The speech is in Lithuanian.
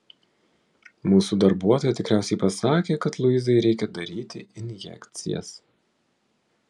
mūsų darbuotoja tikriausiai pasakė kad luizai reikia daryti injekcijas